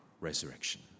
resurrection